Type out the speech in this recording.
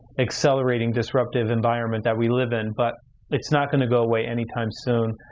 accelerating disruptive environment that we live in, but it's not gonna go away any time soon.